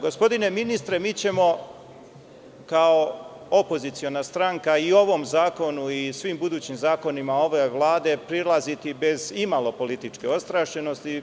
Gospodine ministre, mi ćemo, kao opoziciona stranka, i ovom zakonu i svim budućim zakonima ove Vlade prilaziti bez imalo političke ostrašćenosti.